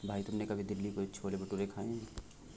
भाई तुमने कभी दिल्ली के छोले भटूरे खाए हैं?